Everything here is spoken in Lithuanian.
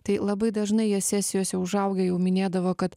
tai labai dažnai jie sesijose užaugę jau minėdavo kad